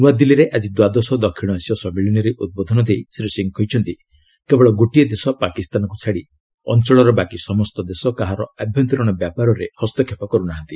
ନୂଆଦିଲ୍ଲୀରେ ଆଜି ଦ୍ୱାଦଶ ଦକ୍ଷିଣ ଏସୀୟ ସମ୍ମିଳନୀରେ ଉଦ୍ବୋଧନ ଦେଇ ଶ୍ରୀ ସିଂହ କହିଛନ୍ତି କେବଳ ଗୋଟିଏ ଦେଶ ପାକିସ୍ତାନକୁ ଛାଡ଼ି ଅଞ୍ଚଳର ବାକି ସମସ୍ତ ଦେଶ କାହାର ଆଭ୍ୟନ୍ତରୀଣ ବ୍ୟାପାରରେ ହସ୍ତକ୍ଷେପ କରୁ ନାହନ୍ତି